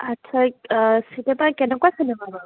আচ্ছা চিনেমা কেনেকুৱা চিনেমা বাৰু